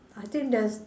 I think there's